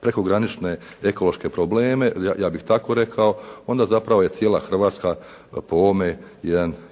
prekogranične ekološke probleme, ja bih tako rekao, onda zapravo je cijela Hrvatska po ovome